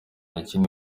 ikindi